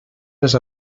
les